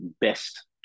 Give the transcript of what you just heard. best